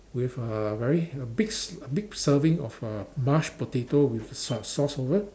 with uh very big big serving of a mashed potato with a sauce sauce over